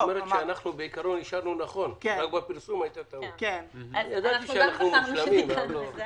אנחנו גם חשבנו שתיקנו את זה,